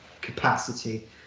capacity